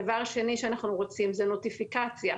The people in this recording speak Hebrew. דבר שני שאנחנו רוצים זאת נוטיפיקציה,